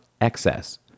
excess